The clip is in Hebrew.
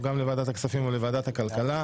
גם לוועדת הכספים או לוועדת הכלכלה.